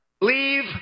Leave